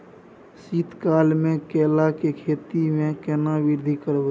शीत काल मे केला के खेती में केना वृद्धि करबै?